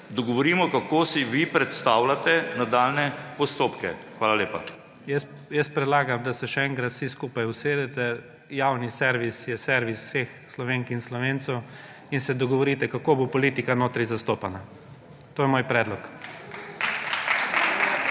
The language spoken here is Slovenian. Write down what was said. dogovorimo, kako si vi predstavljate nadaljnje postopke. Hvala lepa. PREDSEDNIK IGOR ZORČIČ: Jaz predlagam, da se še enkrat vsi skupaj usedete. Javni servis je servis vseh Slovenk in Slovencev in se dogovorite, kako bo politika notri zastopana. To je moj predlog.